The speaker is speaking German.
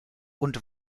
und